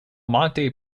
monte